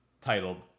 titled